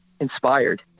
inspired